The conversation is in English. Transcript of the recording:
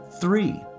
Three